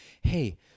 hey